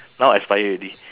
now expire already